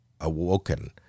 awoken